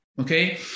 okay